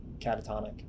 catatonic